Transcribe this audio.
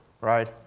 right